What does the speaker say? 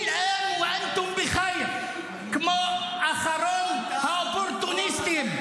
(אומר בערבית:), כמו אחרון האופורטוניסטים.